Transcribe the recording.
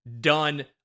done